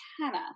Hannah